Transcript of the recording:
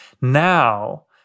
Now